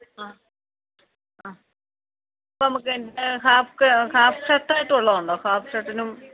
ആ ആ അപ്പോള് നമുക്കതിൻ്റെ ഹാഫ് കൈ ഹാഫ് ഷർട്ടായിട്ടുള്ളതുണ്ടോ ഹാഫ് ഷർട്ടിനും